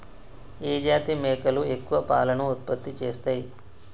ఏ జాతి మేకలు ఎక్కువ పాలను ఉత్పత్తి చేస్తయ్?